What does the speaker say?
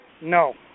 No